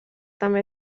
també